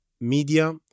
media